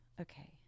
okay